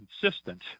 consistent